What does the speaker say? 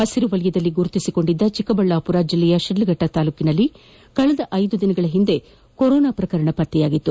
ಹಸಿರು ವಲಯದಲ್ಲಿ ಗುರುತಿಸಿಕೊಂಡಿದ್ದ ಚಿಕ್ಕಬಳ್ಳಾಪುರ ಜಿಲ್ಲೆಯ ಶಿದ್ವಘಟ್ವ ತಾಲೂಕಿನಲ್ಲಿ ಕಳೆದ ಐದು ದಿನಗಳ ಹಿಂದೆ ಕೊರೊನಾ ಪ್ರಕರಣ ಪತ್ತೆಯಾಗಿತ್ತು